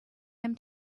him